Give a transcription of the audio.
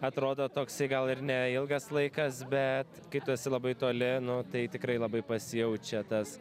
atrodo toksai gal ir neilgas laikas bet kai tu esi labai toli nu tai tikrai labai pasijaučia tas